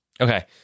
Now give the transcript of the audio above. Okay